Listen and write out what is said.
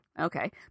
okay